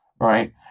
right